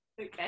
Okay